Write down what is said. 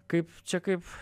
kaip čia kaip